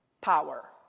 power